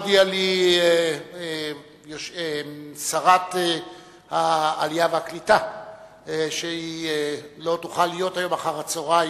הודיעה לי שרת העלייה והקליטה שהיא לא תוכל להיות היום אחר-הצהריים.